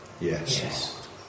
Yes